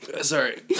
Sorry